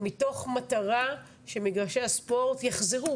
מתוך מטרה שמגרשי הספורט יחזרו,